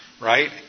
Right